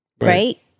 Right